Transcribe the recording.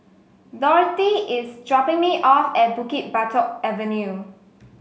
Dorthy is dropping me off at Bukit Batok Avenue